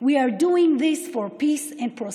(אומרת דברים בשפה האנגלית,